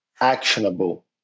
actionable